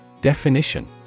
Definition